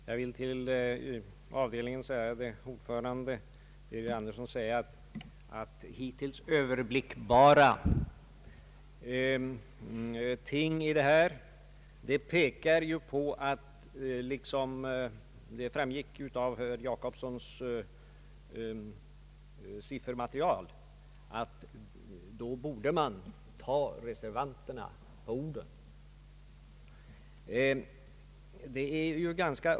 Jag vill till avdelningens ärade ordförande, herr Birger Andersson, säga att hittills överblickbara behov pekar på — vilket också framgick av herr Per Jacobssons siffermaterial — att man borde ta reservanterna på orden.